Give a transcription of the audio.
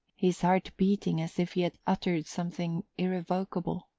his heart beating as if he had uttered something irrevocable.